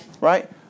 right